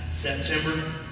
September